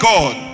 God